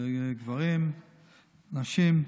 גברים ונשים.